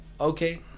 Okay